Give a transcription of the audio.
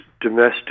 domestic